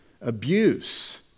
abuse